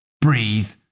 breathe